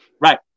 Right